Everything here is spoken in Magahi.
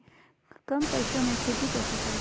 कम पैसों में खेती कैसे करें?